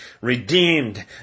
redeemed